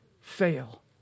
fail